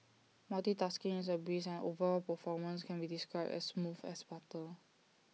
multitasking is A breeze and overall performance can be described as smooth as butter